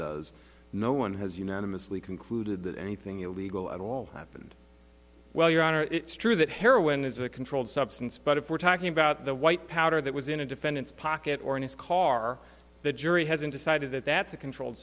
is no one has unanimously concluded that anything illegal at all happened well your honor it's true that heroin is a controlled substance but if we're talking about the white powder that was in a defendant's pocket or in his car the jury hasn't decided that that's a controlled